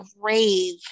grave